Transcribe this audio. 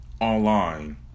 online